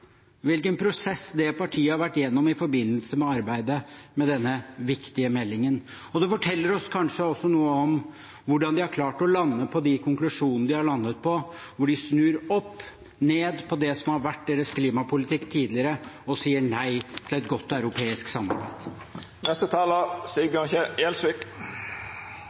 hvilken prosess det partiet har vært igjennom i forbindelse med arbeidet med denne viktige meldingen. Det forteller oss kanskje også noe om hvordan de har klart å lande på de konklusjonene de har landet på, hvor de snur opp ned på det som har vært deres klimapolitikk tidligere, og sier nei til et godt europeisk samarbeid.